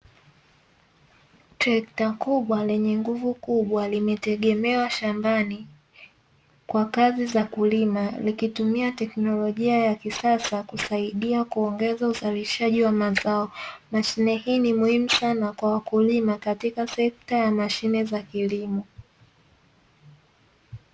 Trekta kubwa lenye nguvu kubwa limetegemewa shambani, kwa kazi za kulima likitumia teknolojia ya kisasa kusaidia kuongeza uzalishaji wa mazao, mashine hii ni muhimu sana kwa wakulima katika sekta ya mashine za kilimo.